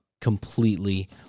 completely